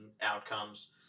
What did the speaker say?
outcomes